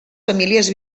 famílies